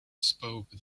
spoke